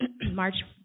March